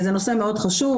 זה נושא מאוד חשוב,